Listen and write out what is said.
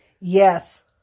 Yes